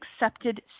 accepted